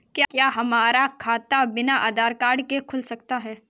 क्या हमारा खाता बिना आधार कार्ड के खुल सकता है?